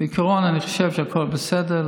בעיקרון אני חושב שהכול בסדר.